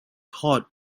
hot